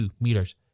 meters